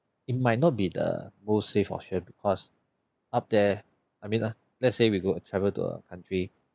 it might not be the most safe option because up there I mean uh let's say we go uh travel to a country